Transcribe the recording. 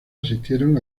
asistieron